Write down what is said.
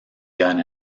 gun